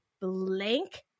blank